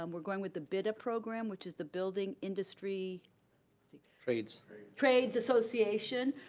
um we're going with the bita program which is the building industry trades trades association,